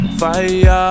fire